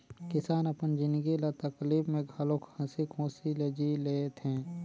किसान अपन जिनगी ल तकलीप में घलो हंसी खुशी ले जि ले थें